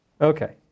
Okay